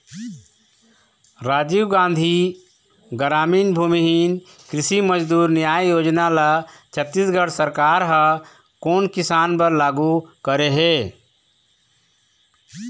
राजीव गांधी गरामीन भूमिहीन कृषि मजदूर न्याय योजना ल छत्तीसगढ़ सरकार ह कोन किसान बर लागू करे हे?